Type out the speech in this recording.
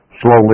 slowly